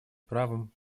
правом